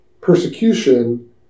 persecution